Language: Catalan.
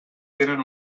tenen